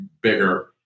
bigger